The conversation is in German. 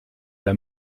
der